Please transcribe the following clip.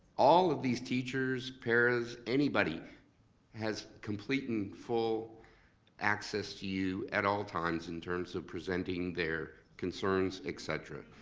all of these teachers, paras, anybody has complete and full access to you at all times in terms of presenting their concerns, et